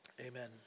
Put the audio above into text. Amen